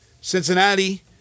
Cincinnati